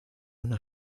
una